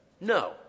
No